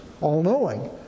all-knowing